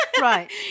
Right